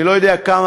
אני לא יודע כמה.